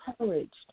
encouraged